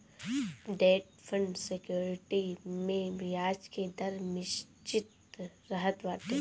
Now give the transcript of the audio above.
debt fund security में बियाज के दर निश्चित रहत बाटे